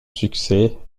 succès